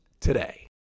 today